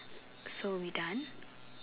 so we done